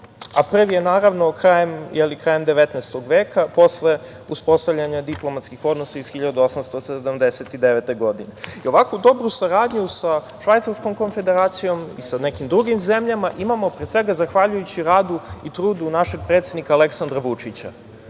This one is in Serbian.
a prvi je krajem 19. veka, posle uspostavljanja diplomatskih odnosa iz 1879. godine. Ovako dobru saradnju sa Švajcarskom Konfederacijom i sa nekim drugim zemljama imamo, pre svega, zahvaljujući radu i trudu našeg predsednika Aleksandra Vučića